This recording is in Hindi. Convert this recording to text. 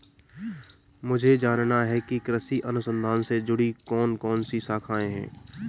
मुझे जानना है कि कृषि अनुसंधान से जुड़ी कौन कौन सी शाखाएं हैं?